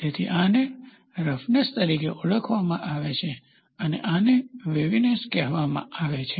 તેથી આને રફનેસ તરીકે ઓળખવામાં આવે છે અને આને વેવીનેસ કહેવામાં આવે છે